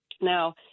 Now